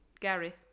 Gary